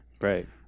Right